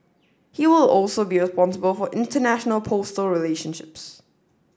he will also be responsible for international postal relationships